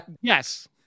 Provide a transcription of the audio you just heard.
Yes